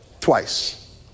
twice